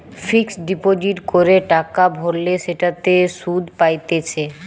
fixed deposit করে টাকা ভরলে সেটাতে সুধ পাইতেছে